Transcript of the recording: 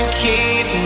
keep